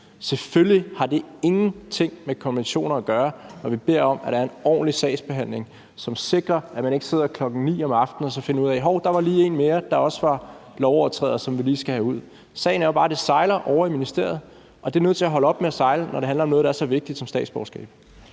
Selvfølgelig har det ingenting med konventioner at gøre, når vi beder om, at der er en ordentlig sagsbehandling, som sikrer, at man ikke sidder kl. 21 om aftenen og finder ud af: Hov, der var lige en mere, der også var lovovertræder, som vi lige skal have ud. Sagen er jo bare, at det sejler ovre i ministeriet, og det er nødt til at holde op med at sejle, når det handler om noget, der er så vigtigt som statsborgerskab.